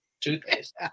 toothpaste